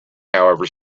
however